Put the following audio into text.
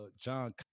john